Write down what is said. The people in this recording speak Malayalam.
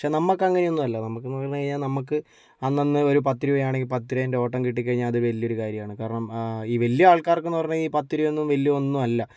പക്ഷേ നമുക്കങ്ങനെയൊന്നുമല്ല നമുക്കെന്ന് പറഞ്ഞു കഴിഞ്ഞാൽ നമുക്ക് അന്നന്ന് ഒരു പത്തു രൂപയാണെങ്കിൽ പത്ത് രൂപേൻ്റെ ഓട്ടം കിട്ടിക്കഴിഞ്ഞാൽ അത് വലിയ ഒരു കാര്യമാണ് കാരണം ഈ വലിയ ആൾക്കാർക്കെന്ന് പറഞ്ഞു കഴിഞ്ഞാൽ ഈ പത്തു രൂപയൊന്നും വലിയ ഒന്നല്ല